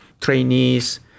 trainees